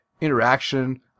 interaction